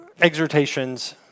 exhortations